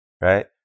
Right